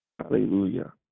Hallelujah